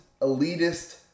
elitist